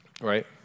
right